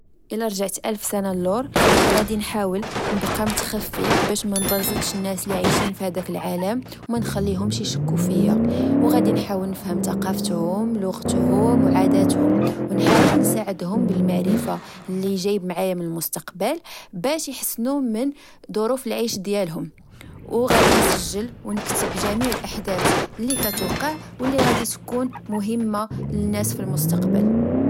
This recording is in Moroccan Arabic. إلى رجعت ألف سنة الور، غدي نحاول نبقا متخفية باش منبرزطش الناس لعيشين في هداك العالم، ومنخليهمش إشكو فيا، أو غادي نحاول نفهم تقافتهم، لغتهم أو عاداتهم. أو نحاول نساعدهم بالعرفة لجايب معايا من المستقبل، باش يحسنو من ظروف العيش ديالهم. أو غدي نسجل أو نكتب جميع الأحدات لكتوقع أو لغدي تكون مهمة للناس في المستقبل